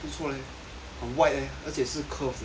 很 white eh 而且是 curve 的